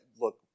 look